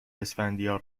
اسفندیار